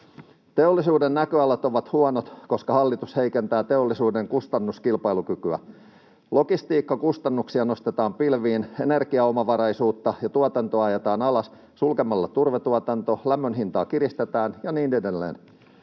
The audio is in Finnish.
Teollisuuden näköalat ovat huonot, koska hallitus heikentää teollisuuden kustannuskilpailukykyä. Logistiikkakustannuksia nostetaan pilviin, energiaomavaraisuutta ja tuotantoa ajetaan alas sulkemalla turvetuotanto, lämmönhintaa kiristetään ja niin edelleen.